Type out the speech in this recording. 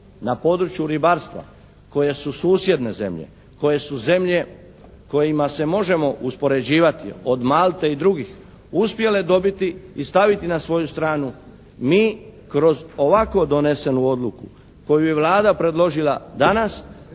na području ribarstva koje su susjedne zemlje, koje su zemlje kojima se možemo uspoređivati od Malte i drugih, uspjele dobiti i staviti na svoju stranu mi kroz ovako donesenu odluku koju je Vlada predložila danas